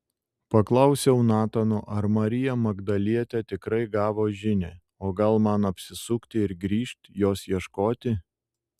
paklausiau natano ar marija magdalietė tikrai gavo žinią o gal man apsisukti ir grįžt jos ieškoti